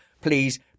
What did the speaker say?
please